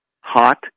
hot